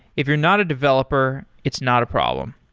if you're not a developer, it's not a problem.